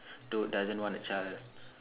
don't doesn't want a child